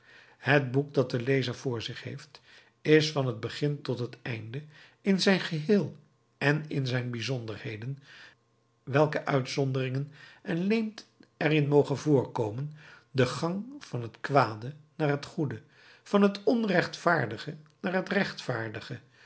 het boek dat de lezer voor zich heeft is van het begin tot het einde in zijn geheel en in zijn bijzonderheden welke uitzonderingen en leemten er in mogen voorkomen de gang van het kwade naar het goede van het onrechtvaardige naar het rechtvaardige